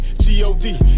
G-O-D